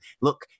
look